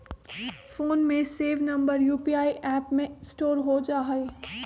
phone में save number UPI app में store हो जा हई